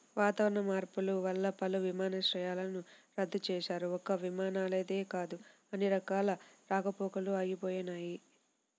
వాతావరణ మార్పులు వల్ల పలు విమానాలను రద్దు చేశారు, ఒక్క విమానాలే కాదు అన్ని రకాల రాకపోకలూ ఆగిపోయినయ్